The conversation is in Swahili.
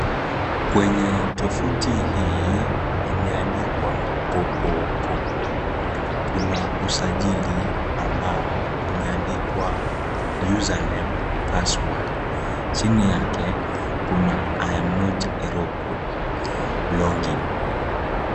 Kwenye tofuti hii imeandikwa kopokopo, kuna usajili ambao umeandikwa username password chini yake I am not a robot login .